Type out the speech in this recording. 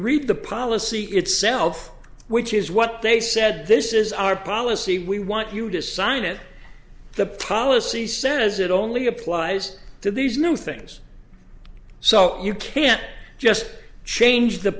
read the policy itself which is what they said this is our policy we want you to sign it the policy sent as it only applies to these new things so you can't just change the